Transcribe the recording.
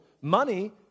Money